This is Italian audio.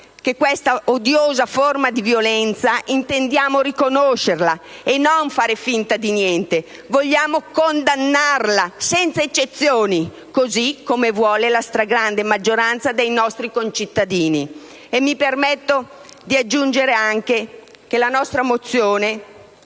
che questa odiosa forma di violenza intendiamo riconoscerla e non fare finta di niente; vogliamo condannarla, senza eccezioni, così come vuole la stragrande maggioranza dei nostri concittadini. Mi permetto di aggiungere anche che la nostra mozione